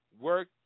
work